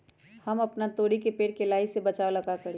हम अपना तोरी के पेड़ के लाही से बचाव ला का करी?